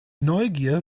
neugier